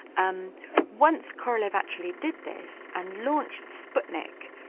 um once korolev actually did this, and launched sputnik,